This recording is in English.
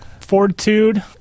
fortitude